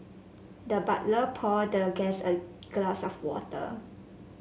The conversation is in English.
the butler poured the guest a glass of water